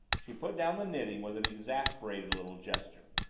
she put down the knitting with an exasperated little gesture.